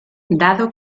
dado